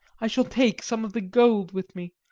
i shall take some of the gold with me,